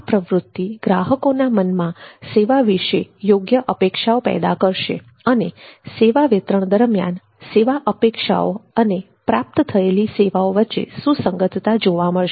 આ પ્રવૃત્તિ ગ્રાહકોના મનમાં સેવા વિશે યોગ્ય અપેક્ષાઓ પેદા કરશે અને સેવા વિતરણ દરમ્યાન સેવા અપેક્ષાઓ અને પ્રાપ્ત થયેલી સેવાઓ વચ્ચે સુસંગતતા જોવા મળશે